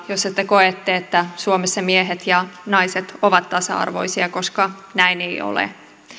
jossa te koette että suomessa miehet ja naiset ovat tasa arvoisia koska näin ei ole